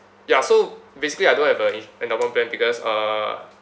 ya so basically I don't have a e~ endowment plan because uh